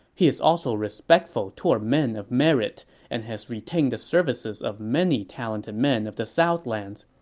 he is also respectful toward men of merit and has retained the services of many talented men of the southlands.